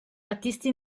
artisti